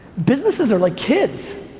businesses are like kids.